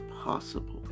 possible